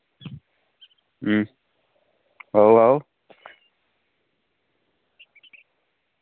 आओ आओ